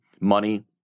money